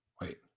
wait